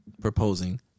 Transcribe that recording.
proposing